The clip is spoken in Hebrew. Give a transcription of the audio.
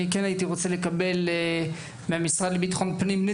כן הייתי רוצה לקבל מהמשרד לבטחון פנים,